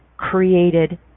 created